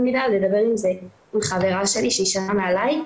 לדבר עם חברה שלי שהיא שנה מעליי,